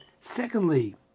Secondly